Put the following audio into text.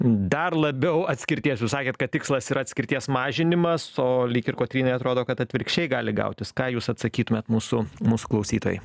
dar labiau atskirties jūs sakėt kad tikslas yra atskirties mažinimas o lyg ir kotrynai atrodo kad atvirkščiai gali gautis ką jūs atsakytumėt mūsų mūsų klausytojai